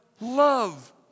love